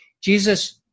Jesus